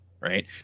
right